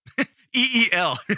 E-E-L